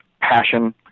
passion